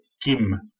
Kim